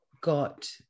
got